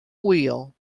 will